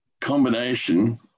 combination